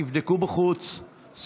תבדקו בחוץ,